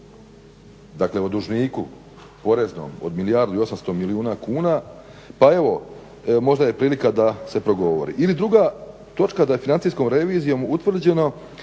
dakle o dužniku poreznom od milijardu i 800 milijuna kuna pa evo možda je prilika da se progovori. Ili druga točka da je financijskom revizijom utvrđeno